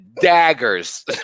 daggers